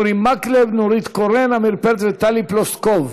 אורי מקלב, נורית קורן, עמיר פרץ וטלי פלוסקוב.